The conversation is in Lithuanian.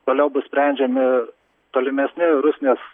toliau bus sprendžiami tolimesni rusnės